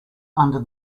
under